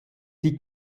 die